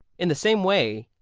in the same way,